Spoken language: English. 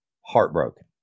heartbroken